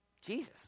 Jesus